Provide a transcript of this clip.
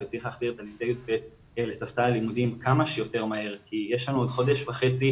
ואת תלמידי י"ב לספסל הלימודים כמה שיותר מהר כי עוד חודש וחצי